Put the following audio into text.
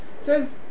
says